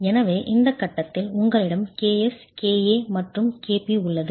எனவே இந்த கட்டத்தில் உங்களிடம் ks ka மற்றும் kp உள்ளது